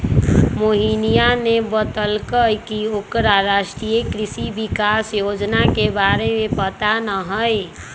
मोहिनीया ने बतल कई की ओकरा राष्ट्रीय कृषि विकास योजना के बारे में पता ना हई